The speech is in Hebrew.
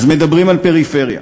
אז מדברים על פריפריה,